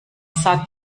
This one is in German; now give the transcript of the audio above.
sagte